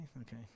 Okay